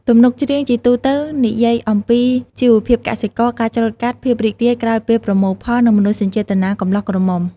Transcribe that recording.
ទំនុកច្រៀងជាទូទៅនិយាយអំពីជីវភាពកសិករ ការច្រូតកាត់ ភាពរីករាយក្រោយពេលប្រមូលផល និងមនោសញ្ចេតនាកំលោះក្រមុំ។